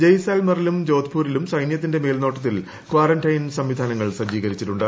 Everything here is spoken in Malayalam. ജയ്സാൽമറിലും ജോധ്പൂരിലും സൈന്യത്തിന്റെ മേൽനോട്ടത്തിൽ ക്വാറന്റൈൻ സംവിധാനങ്ങൾ സജ്ജീകരിച്ചിട്ടുണ്ട്